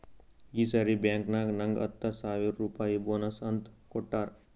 ಈ ಸರಿ ಬ್ಯಾಂಕ್ನಾಗ್ ನಂಗ್ ಹತ್ತ ಸಾವಿರ್ ರುಪಾಯಿ ಬೋನಸ್ ಅಂತ್ ಕೊಟ್ಟಾರ್